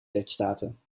lidstaten